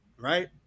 Right